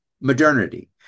modernity